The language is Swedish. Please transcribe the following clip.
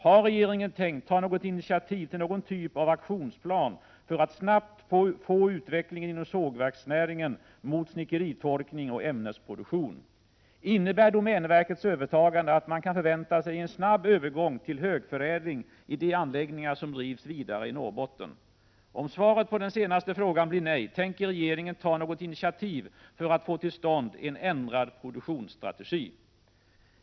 Har regeringen tänkt ta något initiativ till någon typ av aktionsplan för att snabba på utvecklingen inom sågverksnäringen mot snickeritorkning och ämnesproduktion? 6. Innebär domänverkets övertagande att man kan förvänta sig en snabb övergång till högförädling i de anläggningar som drivs vidare i Norrbotten? 7. Om svaret på den senaste frågan blir nej, tänker regeringen ta något initiativ för att få till stånd en ändrad produktionsstrategi?